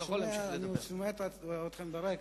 אני שומע אתכם ברקע.